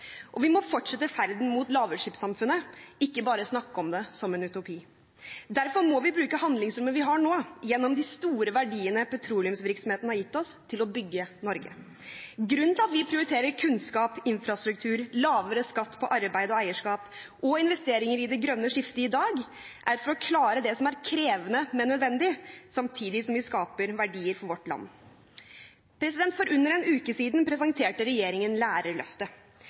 Og vi må fortsette ferden mot lavutslippssamfunnet, ikke bare snakke om det som en utopi. Derfor må vi bruke det handlingsrommet vi har nå – gjennom de store verdiene petroleumsvirksomheten har gitt oss – til å bygge Norge. Grunnen til at vi prioriterer kunnskap, infrastruktur, lavere skatt på arbeid og eierskap og investeringer i det grønne skiftet i dag, er for å klare det som er krevende, men nødvendig, samtidig som vi skaper verdier for vårt land. For under en uke siden presenterte regjeringen Lærerløftet.